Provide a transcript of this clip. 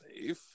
safe